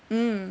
mm